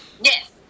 Yes